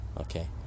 Okay